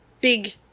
big